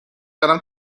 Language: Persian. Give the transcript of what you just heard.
دارم